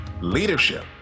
leadership